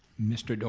mr. doran.